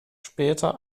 später